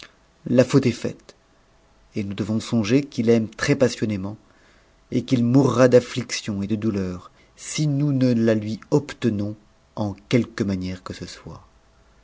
la f mtp est faite et nous devons songer qu'il aime très passionnément pt m'i mourra d'amiction et de douleur si nous ne ia ui obtenons en quduuc manière que ce soit